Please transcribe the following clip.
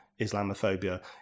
Islamophobia